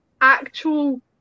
actual